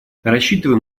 рассчитываем